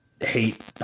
hate